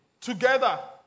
together